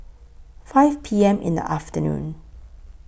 five P M in The afternoon